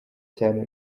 cyane